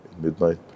midnight